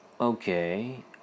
Okay